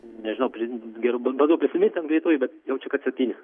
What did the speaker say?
nežinau bandau prisimint ant greitųjų bet jaučiu kad septyni